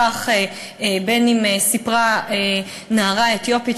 כך גם סיפרה נערה אתיופית,